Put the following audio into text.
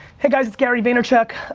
hey guys, it's gary vaynerchuk.